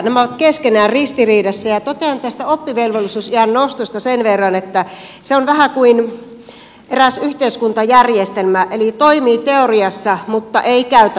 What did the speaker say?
nämä ovat keskenään ristiriidassa ja totean tästä oppivelvollisuusiän nostosta sen verran että se on vähän kuin eräs yhteiskuntajärjestelmä eli toimii teoriassa mutta ei käytännössä